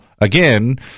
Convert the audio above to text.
Again